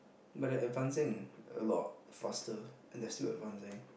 but they're advancing a lot faster and they're still advancing